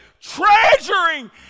treasuring